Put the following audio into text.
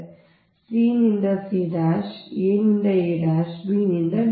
ಆದ್ದರಿಂದ c ನಿಂದ c a ನಿಂದ a ಮತ್ತು b ನಿಂದ b